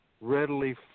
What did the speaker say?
readily